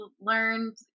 learned